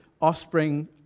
offspring